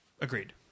agreed